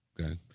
Okay